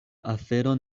aferon